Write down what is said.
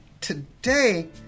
today